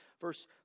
verse